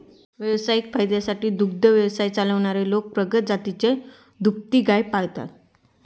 व्यावसायिक फायद्यासाठी दुग्ध व्यवसाय चालवणारे लोक प्रगत जातीची दुभती गाय पाळतात